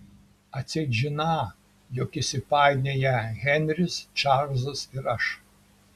atseit žiną jog įsipainioję henris čarlzas ir aš